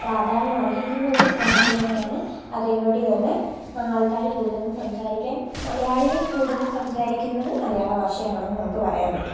പ്രാധാന്യം അര്ഹിക്കുന്നൊരു ഭാഷ തന്നെയാണ് അതേ പടി തന്നെ ആള്ക്കാര് കൂടുതലും സംസാരിക്കാന് മലയാളികൾ കൂടുതല് സംസാരിക്കുന്നത് മലയാള ഭാഷയാണെന്ന് നമുക്ക് പറയാന് പറ്റും